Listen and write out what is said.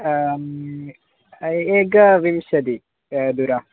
एकविंशतिः दूर